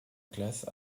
classe